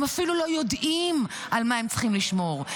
הם אפילו לא יודעים על מה הם צריכים לשמור,